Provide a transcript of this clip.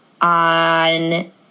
on